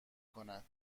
کند